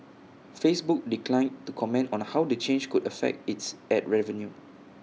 Facebook declined to comment on how the change could affect its Ad revenue